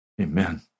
Amen